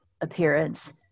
appearance